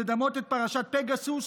לדמות את פרשת פגסוס,